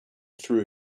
threw